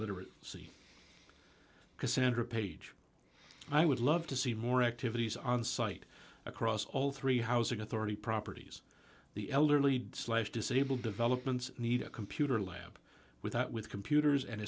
literate city because sandra page i would love to see more activities on site across all three housing authority properties the elderly slash disabled developments need a computer lab without with computers and